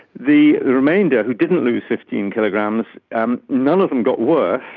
the remainder who didn't lose fifteen kg, um um none of them got worse.